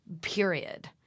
period